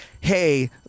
hey